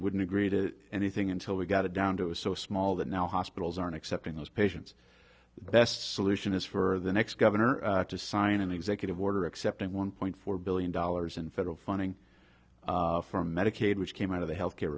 wouldn't agree to anything until we got down to it was so small that now hospitals aren't accepting those patients best solution is for the next governor to sign an executive order accepting one point four billion dollars in federal funding for medicaid which came out of the health care